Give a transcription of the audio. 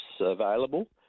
available